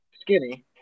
skinny